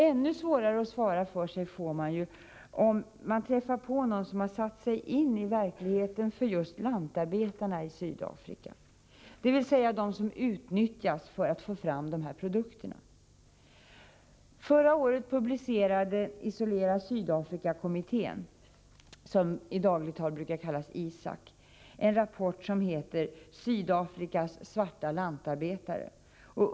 Ännu svårare att svara för sig får man om man träffar på någon som satt sig in i verkligheten för just lantarbetarna i Sydafrika, dvs. de som utnyttjas för att få fram de här produkterna. Förra året publicerade Isolera Sydafrika Kommittén, som i dagligt tal brukar kallas ISAK, en rapport som heter Sydafrikas Svarta Lantarbetare.